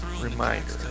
reminder